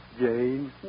Jane